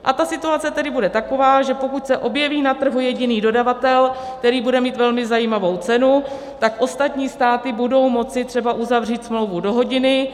A ta situace tedy bude taková, že pokud se objeví na trhu jediný dodavatel, který bude mít velmi zajímavou cenu, tak ostatní státy budou moci třeba uzavřít smlouvu do hodiny.